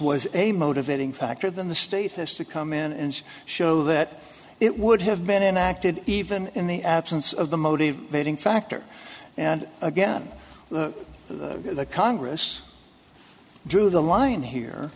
was a motivating factor than the state has to come in and show that it would have been enacted even in the absence of the motive baiting factor and again the congress drew the line here